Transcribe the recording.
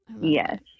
yes